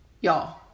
Y'all